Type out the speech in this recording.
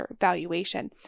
valuation